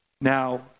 Now